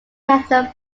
cathedral